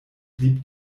blieb